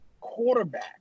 quarterback